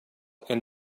and